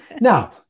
Now